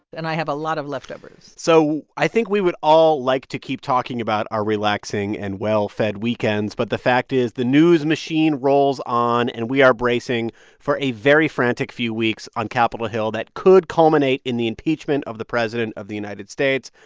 and i have a lot of leftovers so i think we would all like to keep talking about our relaxing and well-fed weekends, but the fact is the news machine rolls on. and we are bracing for a very frantic few weeks on capitol hill that could culminate in the impeachment of the president of the united states.